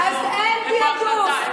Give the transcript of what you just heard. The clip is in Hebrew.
אז אין תיעדוף.